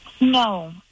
No